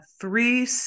three